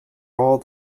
all